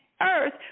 earth